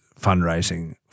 fundraising –